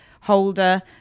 holder